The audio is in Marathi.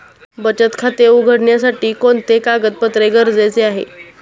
बचत खाते उघडण्यासाठी कोणते कागदपत्रे गरजेचे आहे?